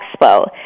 expo